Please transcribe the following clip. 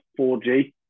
4G